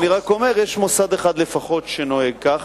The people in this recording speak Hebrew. אבל אני רק אומר, יש מוסד אחד לפחות שנוהג כך,